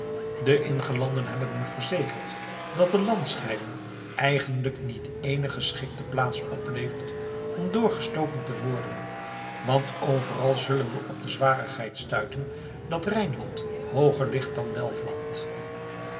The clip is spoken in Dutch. de ingelanden hebben me verzekerd dat de landscheiding eigenlijk niet ééne geschikte plaats oplevert om doorgestoken te worden want overal zullen we op de zwarigheid stuiten dat rijnland hooger ligt dan